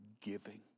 giving